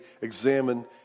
examine